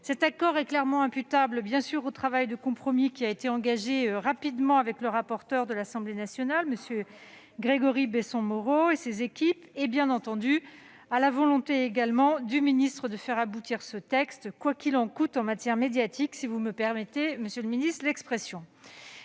Cet accord est clairement imputable au travail de compromis rapidement engagé avec le rapporteur de l'Assemblée nationale, M. Grégory Besson-Moreau, et ses équipes et, bien entendu, à la volonté du ministre de faire aboutir ce texte, « quoiqu'il en coûte » en matière médiatique, si vous me permettez l'expression.